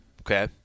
okay